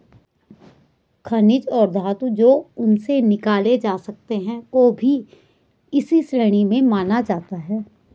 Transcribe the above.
खनिज और धातु जो उनसे निकाले जा सकते हैं को भी इसी श्रेणी में माना जाता है